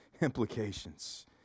implications